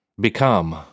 become